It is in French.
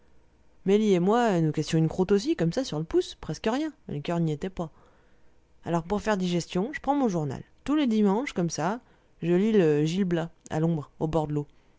mélie et moi nous cassions une croûte aussi comme ça sur le pouce presque rien le coeur n'y était pas alors pour faire digestion je prends mon journal tous les dimanches comme ça je lis le gil blas à l'ombre au bord de l'eau